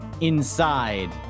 inside